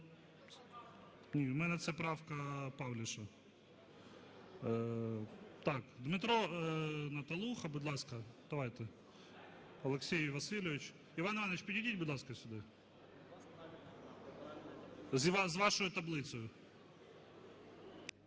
в мене це правка Павліша. Так, Дмитро Наталуха, будь ласка, давайте, Олексій Васильович. Іван Іванович, підійдіть, будь ласка, сюди з вашою таблицею.